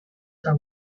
are